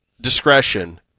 discretion